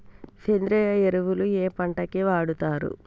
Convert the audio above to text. సేంద్రీయ ఎరువులు ఏ పంట కి వాడుతరు?